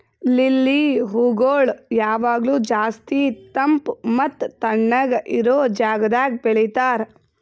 lily ಹೂಗೊಳ್ ಯಾವಾಗ್ಲೂ ಜಾಸ್ತಿ ತಂಪ್ ಮತ್ತ ತಣ್ಣಗ ಇರೋ ಜಾಗದಾಗ್ ಬೆಳಿತಾರ್